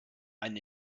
ein